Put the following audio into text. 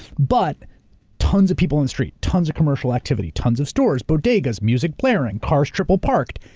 but tons of people in the street, tons of commercial activity, tons of stores, bodegas, music blaring, cars triple parked,